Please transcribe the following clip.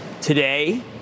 today